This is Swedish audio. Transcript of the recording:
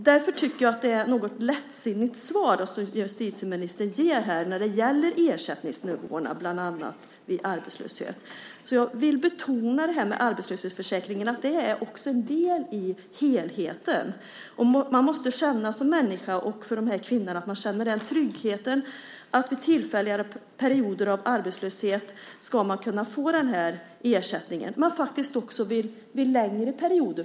Därför tycker jag att det är ett något lättsinnigt svar som justitieministern ger här när det gäller ersättningsnivåerna vid arbetslöshet bland annat. Jag vill betona att arbetslöshetsförsäkringen är en del i helheten. Man måste som människa känna den trygghet som det innebär att vid tillfälliga perioder av arbetslöshet kunna få ersättning. Men det gäller också vid längre perioder.